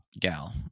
gal